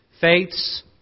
faiths